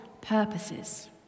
purposes